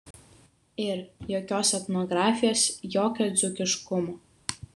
ir jokios etnografijos jokio dzūkiškumo